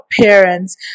parents